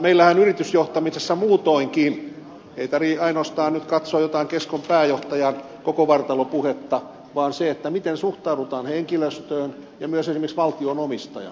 meillähän yritysjohtamisessa muutoinkaan ei tarvitse nyt ainoastaan katsoa jotain keskon pääjohtajan kokovartalopuhetta vaan se miten suhtaudutaan henkilöstöön ja myös esimerkiksi valtioon omistajana